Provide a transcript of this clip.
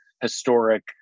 historic